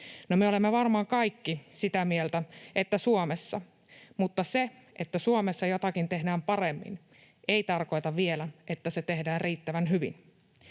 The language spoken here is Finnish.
me olemme varmaan kaikki sitä mieltä, että Suomessa, mutta se, että Suomessa jotakin tehdään paremmin, ei tarkoita vielä, että se tehdään riittävän hyvin.